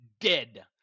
dead